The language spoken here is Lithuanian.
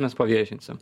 mes paviešinsim